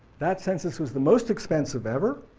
that census was the most expensive ever,